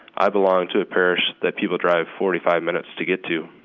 i belong to a parish that people drive forty five minutes to get to.